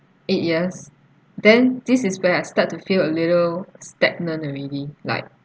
eight years then this is where I start to feel a little stagnant already like